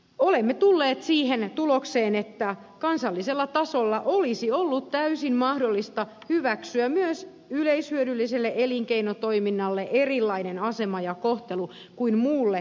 olemme tulleet siihen tulokseen että kansallisella tasolla olisi ollut täysin mahdollista hyväksyä myös yleishyödylliselle elinkeinotoiminnalle erilainen asema ja kohtelu kuin muulle elinkeinotoiminnalle